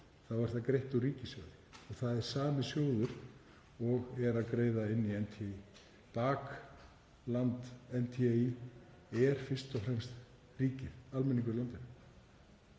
Þá er það greitt úr ríkissjóði og það er sami sjóður og er að greiða inn í NTÍ. Bakland NTÍ er fyrst og fremst ríkið, almenningur í landinu.